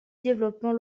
développement